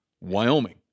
Wyoming